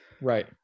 Right